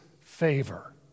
favor